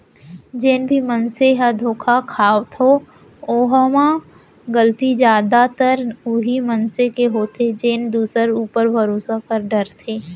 जेन भी मनसे ह धोखा खाथो ओमा गलती जादातर उहीं मनसे के होथे जेन दूसर ऊपर भरोसा कर डरथे